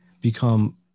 become